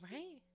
Right